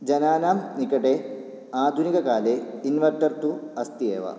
जनानां निकटे आधुनिककाले इन्वर्टर् तु अस्ति एव